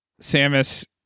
samus